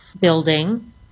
building